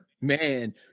Man